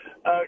Okay